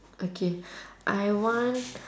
okay I want